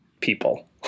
people